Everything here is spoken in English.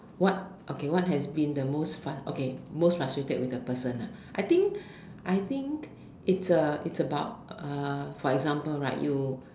what okay what has been the most fuss okay most frustrated with the person lah I think I think it's a it's about for example right you